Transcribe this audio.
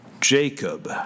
Jacob